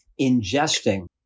ingesting